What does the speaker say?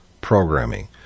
programming